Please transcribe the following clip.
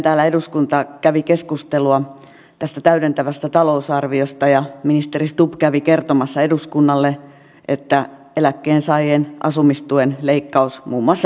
täällä nimittäin eduskunta kävi keskustelua tästä täydentävästä talousarviosta ja ministeri stubb kävi kertomassa eduskunnalle että eläkkeensaajien asumistuen leikkaus muun muassa perutaan